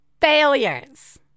Failures